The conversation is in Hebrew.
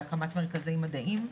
בהקמת מרכזי מדעים.